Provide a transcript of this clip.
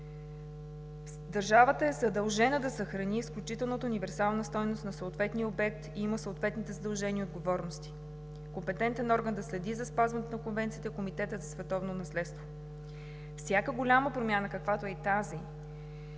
Държавата е задължена да съхрани изключителната универсална стойност на дадения обект и има съответни задължения и отговорности – компетентен орган да следи за спазването на Конвенцията на Комитета за Световното наследство. Всяка голяма промяна, каквато е и тази,